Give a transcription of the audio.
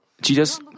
Jesus